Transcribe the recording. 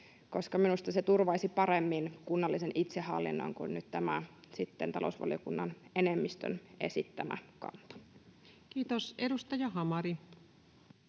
koska minusta se turvaisi kunnallisen itsehallinnon paremmin kuin nyt tämä talousvaliokunnan enemmistön esittämä kanta. Kiitos. — Edustaja Hamari.